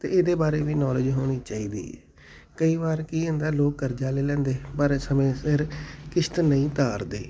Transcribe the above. ਅਤੇ ਇਹਦੇ ਬਾਰੇ ਵੀ ਨੌਲੇਜ ਹੋਣੀ ਚਾਹੀਦੀ ਕਈ ਵਾਰ ਕੀ ਹੁੰਦਾ ਲੋਕ ਕਰਜ਼ਾ ਲੈ ਲੈਂਦੇ ਪਰ ਸਮੇਂ ਸਿਰ ਕਿਸ਼ਤ ਨਹੀਂ ਉਤਾਰਦੇ